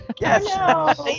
Yes